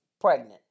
pregnant